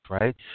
right